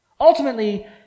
Ultimately